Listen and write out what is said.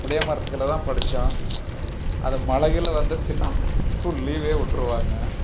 புளிய மரத்துக்கு கீழே தான் படித்தோம் அது மலை கில வந்துருச்சுன்னா ஸ்கூல் லீவே விட்ருவாங்க